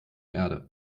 erde